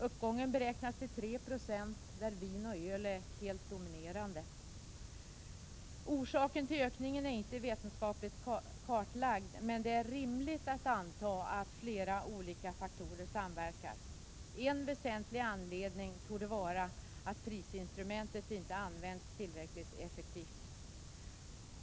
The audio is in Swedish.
Uppgången beräknas till 3 96, där vin och öl är helt dominerande. Orsaken till ökningen är inte vetenskapligt kartlagd, men det är rimligt att anta att flera olika faktorer samverkar. En väsentlig anledning torde vara att prisinstrumentet inte har använts tillräckligt effektivt.